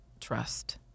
trust